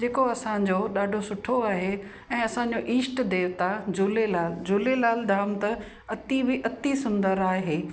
जेको असांजो ॾाढो सुठो आहे ऐं असांजो ईष्ट देवता झूलेलाल झूलेलाल धाम त अति बि अति सुंदरु आहे